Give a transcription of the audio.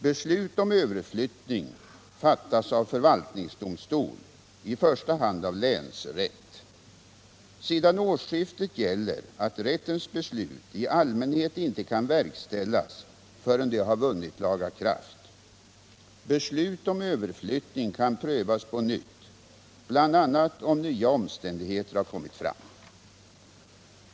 Beslut om överflyttning fattas av förvaltningsdomstol, i första hand av länsrätt. Sedan årsskiftet gäller att rättens beslut i allmänhet inte kan verkställas förrän det har vunnit laga kraft. Beslut om överflyttning kan prövas på nytt, bl.a. om nya omständigheter har kommit fram.